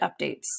updates